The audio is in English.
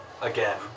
again